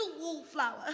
wallflower